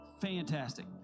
Fantastic